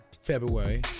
February